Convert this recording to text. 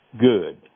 Good